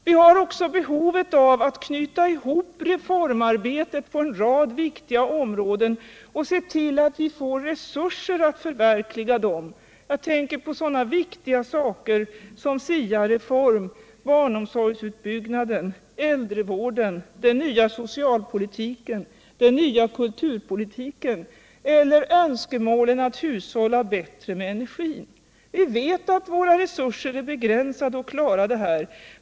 Vi har också behov av att knyta ihop reformarbetet på en rad viktiga områden och se till att vi får resurser att förverkliga reformerna. Jag tänker på så viktiga frågor som SIA reformen, barnomsorgsutbyggnaden, äldrevården, den nya socialpolitiken, den nya kulturpolitiken eller önskemålen att hushålla bättre med energin. Vi vet att våra resurser att klara det här är begränsade.